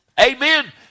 Amen